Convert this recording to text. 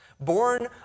Born